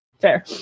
Fair